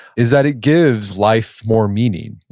is that it gives life more meaning.